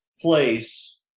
place